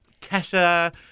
Kesha